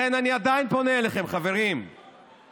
לכן אני עדיין פונה אליכם, חברים מהאופוזיציה: